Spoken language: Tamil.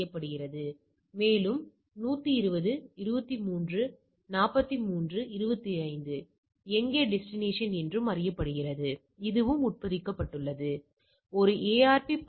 அவ்வாறான நிலையில் நாம் இன்மை கருதுகோள் அவை ஒரே முழுமைத்தொகுதியிலிருந்து வந்தவை என்று கூறும் இன்மை கருதுகோளை நாம் நிராகரிக்க முடியும் மாற்றுகள் ஒரே முழுமைத்தொகுதியிலிருந்து வரவில்லை